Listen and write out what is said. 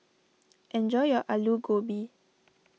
enjoy your Aloo Gobi